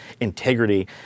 integrity